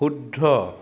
শুদ্ধ